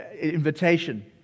invitation